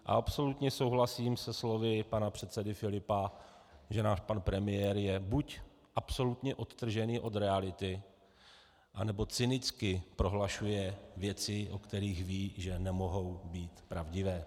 A absolutně souhlasím se slovy pana předsedy Filipa, že náš premiér je buď absolutně odtržený od reality, nebo cynicky prohlašuje věci, o kterých ví, že nemohou být pravdivé.